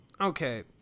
Okay